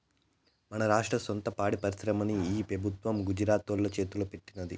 మన రాష్ట్ర సొంత పాడి పరిశ్రమని ఈ పెబుత్వం గుజరాతోల్ల చేతల్లో పెట్టినాది